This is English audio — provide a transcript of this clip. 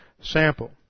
sample